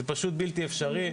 זה פשוט בלתי אפשרי.